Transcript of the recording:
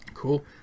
Cool